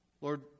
Lord